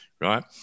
right